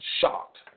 shocked